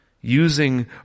using